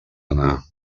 anar